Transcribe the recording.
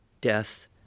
death